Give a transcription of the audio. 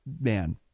man